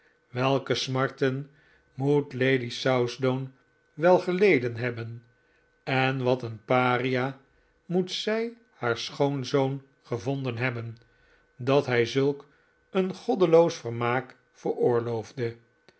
welke smarten moet lady southdown wel geleden hebben en wat een paria moet zij haar schoonzoon gevonden hebben dat hij zulk een goddeloos vermaak